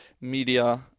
media